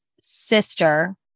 sister